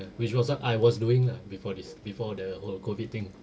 which was what I was doing lah before this before the whole COVID thing